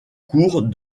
cours